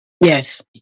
Yes